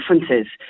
differences